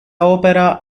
opera